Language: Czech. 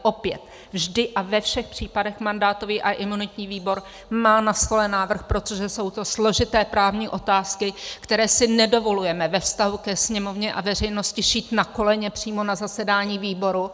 Opět, vždy a ve všech případech mandátový a imunitní výbor má na stole návrh, protože jsou to složité právní otázky, které si nedovolujeme ve vztahu ke Sněmovně a veřejnosti šít na koleně přímo na zasedání výboru.